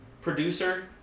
producer